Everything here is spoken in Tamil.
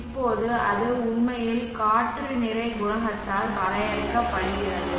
இப்போது அது உண்மையில் காற்று நிறை குணகத்தால் வரையறுக்கப்படுகிறது